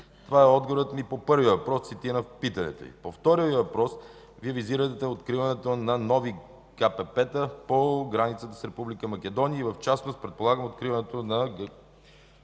Това е отговорът ни по първия въпрос. Цитирам питането Ви. По втория Ви въпрос, Вие визирате откриването на нови КПП та по границата с Република Македония и в частност, предполагам, откриването на